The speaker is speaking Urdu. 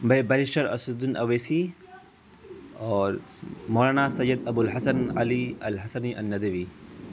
بارشٹر اسد الدین اویسی اور مولانا سید ابوالحسن علی الحسنی الندوی